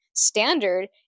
standard